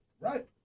Right